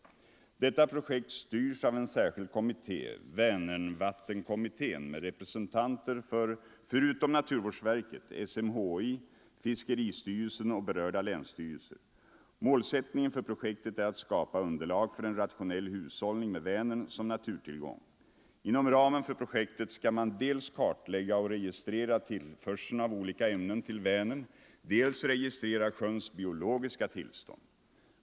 Detta projekt styrs av en särskild kommitté, Vänernvattenkommittén, med representanter för, förutom naturvårdsverket, SMHI, fiskeristyrelsen och berörda länsstyrelser. Målsättningen för projektet är att skapa underlag för en rationell hushållning med Vänern som naturtillgång. Inom ramen för projektet skall man dels kartlägga och registrera tillförseln av olika ämnen till Vänern, dels registrera sjöns biologiska tillstånd.